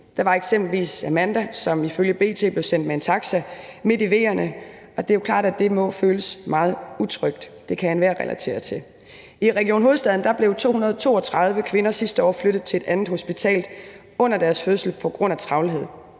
Der var eksempelvis Amanda, som ifølge B.T. blev sendt med en taxa midt i veerne, og det er klart, at det må føles meget utrygt. Det kan enhver relatere til. I Region Hovedstaden blev 232 kvinder sidste år flyttet til et andet hospital under deres fødsel på grund af travlhed.